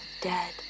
dead